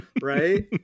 right